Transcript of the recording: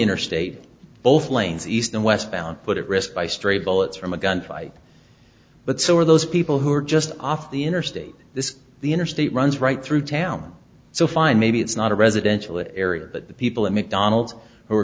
interstate both lanes east and west bound put at risk by stray bullets from a gunfight but so are those people who are just off the interstate this the interstate runs right through town so fine maybe it's not a residential area but the people at mcdonald's who are